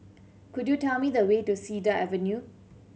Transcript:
could you tell me the way to Cedar Avenue